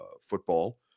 football